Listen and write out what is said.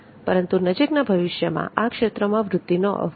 પરંતુ નજીકના ભવિષ્યમાં આ ક્ષેત્રમાં વૃદ્ધિનો અવકાશ છે